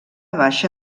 baixa